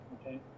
okay